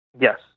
Yes